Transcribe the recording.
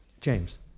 James